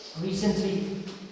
recently